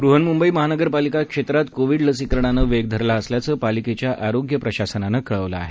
बृहन्मुंबई महापालिका क्षेत्रात कोविड लसीकरणानं वेग धरला असल्याचं पालिकेच्या आरोग्य प्रशासनानं कळवलं आहे